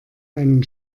einen